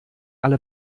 alle